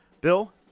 Bill